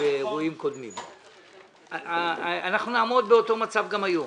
אנחנו נעמוד באותו מצב גם היום.